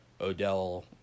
odell